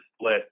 split